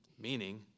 meaning